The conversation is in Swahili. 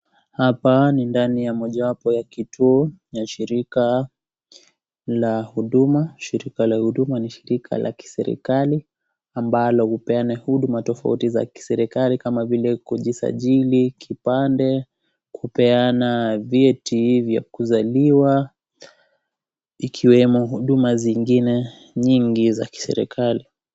Hapa ni ndani ya mojawapo ya kituo cha shirika la huduma, shirika la huduma ni shirika la kiserikali ambalo hupeana huduma tofauti za kiserikali kama vile kujisajiri kipande kupeana vyeti vya kusaliwa ikiwemo huduma zingine nyingi za kiserikali.